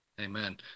Amen